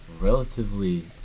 relatively